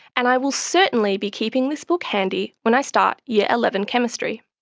and i will certainly be keeping this book handy when i start year eleven chemistry.